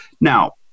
now